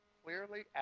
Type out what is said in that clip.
clearly